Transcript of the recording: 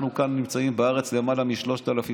אנחנו נמצאים כאן בארץ למעלה מ-3,000 שנה,